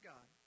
God